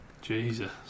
Jesus